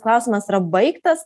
klausimas yra baigtas